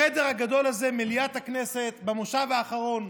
החדר הגדול הזה, מליאת הכנסת במושב האחרון: